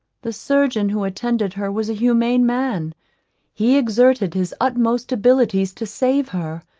the surgeon who attended her was a humane man he exerted his utmost abilities to save her,